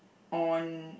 on